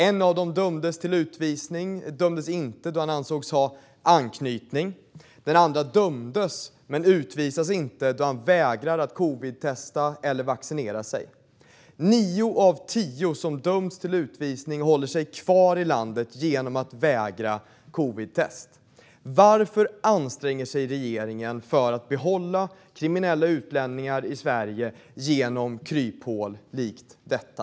En av dem dömdes inte till utvisning, då han ansågs ha anknytning. Den andre dömdes men utvisas inte, då han vägrar att covidtesta sig eller vaccinera sig. Nio av tio som döms till utvisning håller sig kvar i landet genom att vägra covidtest. Varför anstränger sig regeringen för att behålla kriminella utlänningar i Sverige genom kryphål likt detta?